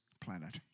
planet